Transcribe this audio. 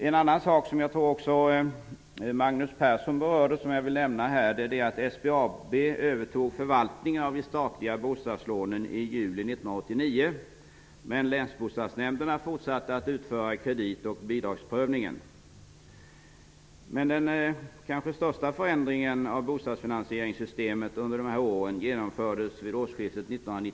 En annan sak som jag vill nämna, och som Magnus Persson också berörde, är att SBAB övertog förvaltningen av de statliga bostadslånen i juli 1989, men länsbostadsnämnderna fortsatte att utföra kredit och bidragsprövningen. Den kanske största förändringen av bostadsfinansieringssystemet under de här åren genomfördes vid årsskiftet 1991/1992.